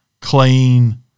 clean